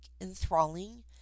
enthralling